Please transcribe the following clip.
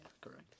correct